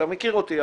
אתה מכיר אותי,